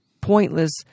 pointless